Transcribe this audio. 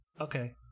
Okay